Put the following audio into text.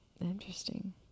Interesting